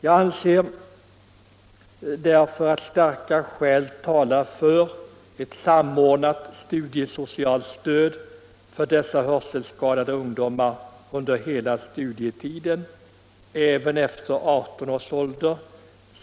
Jag anser därför att starka skäl talar för ett samordnat studiesocialt stöd för dessa hörselskadade ungdomar under hela studietiden — även efter 18 års ålder